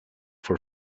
for